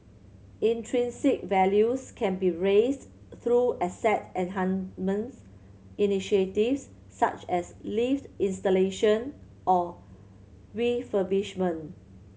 intrinsic values can be raised through asset enhancements initiatives such as lift installation or refurbishment